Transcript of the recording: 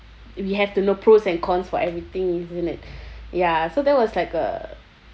we have to know pros and cons for everything isn't it ya so that was like a